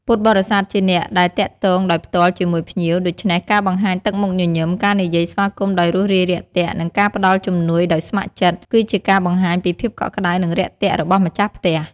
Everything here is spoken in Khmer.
ក្នុងករណីខ្លះ បើមានការរៀបចំពីមុន ពុទ្ធបរិស័ទអាចជួយសម្របសម្រួលដល់ការធ្វើដំណើររបស់ភ្ញៀវ ដូចជាការរៀបចំរថយន្ត ឬមធ្យោបាយផ្សេងៗ ដើម្បីទៅដល់ទីអារាម ឬត្រឡប់ទៅផ្ទះវិញ។